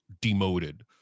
demoted